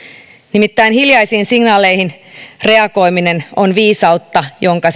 nimittäin hiljaisiin signaaleihin reagoiminen on viisautta jonka